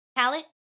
Palette